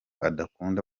adakunda